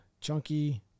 chunky